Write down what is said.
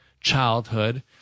childhood